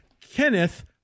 Kenneth